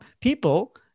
people